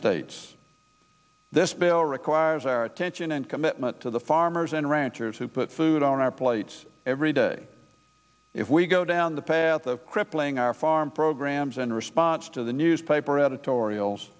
states this bill requires our attention and commitment to the farmers and ranchers who put food on our plates every day if we go down the path of crippling our farm programs in response to the newspaper editorials